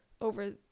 over